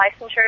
licensure